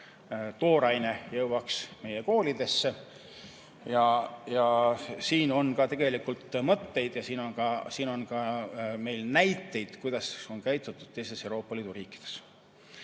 tooraine jõuaks meie koolidesse. Ja siin on meil tegelikult mõtteid ja meil on ka näiteid, kuidas on käitutud teistes Euroopa Liidu riikides.